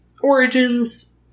origins